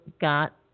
got